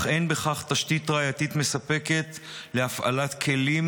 אך אין בכך תשתית ראייתית מספקת להפעלת כלים